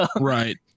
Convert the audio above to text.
Right